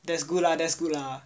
that's good lah that's good lah